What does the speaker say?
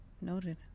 Noted